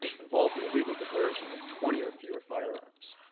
involve the illegal diversion of twenty or fewer firearms.